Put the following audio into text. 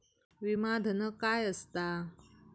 विमा धन काय असता?